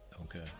Okay